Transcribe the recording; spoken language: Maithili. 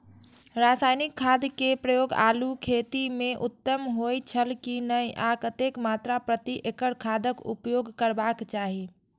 रासायनिक खाद के प्रयोग आलू खेती में उत्तम होय छल की नेय आ कतेक मात्रा प्रति एकड़ खादक उपयोग करबाक चाहि?